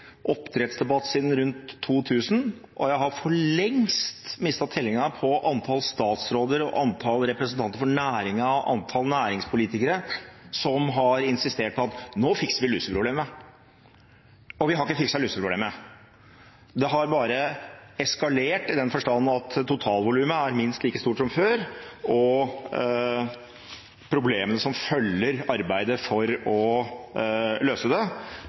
oppdrettsdebatten siden rundt 2000, og jeg har for lengst mistet tellingen på antall statsråder, antall representanter for næringen og antall næringspolitikere som har insistert på at nå fikser vi luseproblemet. Og vi har ikke fikset luseproblemet. Det har bare eskalert, i den forstand at totalvolumet er minst like stort som før, og problemene som følger arbeidet for å løse det,